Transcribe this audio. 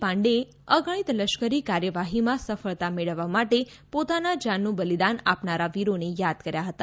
પાંડેએ અગણિત લશ્કરી કાર્યવાહીમાં સફળતા મેળવવા માટે પોતાના જાનનું બલિદાન આપનારા વીરોને યાદ કર્યા હતા